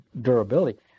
durability